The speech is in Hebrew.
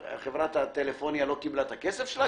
חברת הטלפוניה לא קיבלה את הכסף שלה?